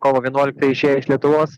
kovo vienuoliktą išėję iš lietuvos